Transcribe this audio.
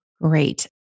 Great